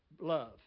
Love